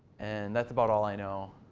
and that's about all i know.